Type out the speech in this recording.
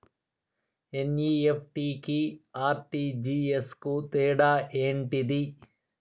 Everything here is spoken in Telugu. ఎన్.ఇ.ఎఫ్.టి కి ఆర్.టి.జి.ఎస్ కు తేడా ఏంటిది?